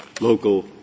local